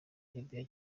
libya